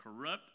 corrupt